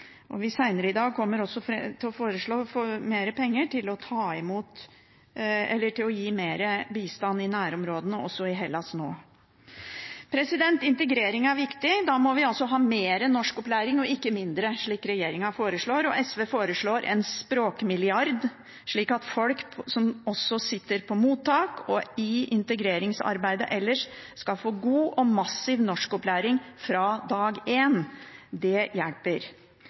i dag kommer vi også til å foreslå mer bistand til nærområdene – også i Hellas – nå. Integrering er viktig. Da må vi ha mer norskopplæring – ikke mindre, slik regjeringen foreslår. SV foreslår en språkmilliard, slik at også folk som sitter i mottak, skal få god og massiv norskopplæring fra dag én. Det hjelper.